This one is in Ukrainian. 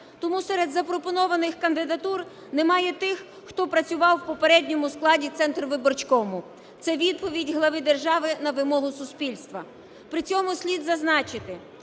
Тому серед запропонованих кандидатур немає тих, хто працював в попередньому складі Центрвиборкому. Це відповідь глави держави на вимогу суспільства. При цьому слід зазначити,